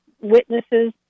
witnesses